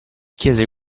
chiese